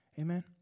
Amen